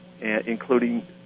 including